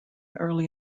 early